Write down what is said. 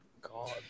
God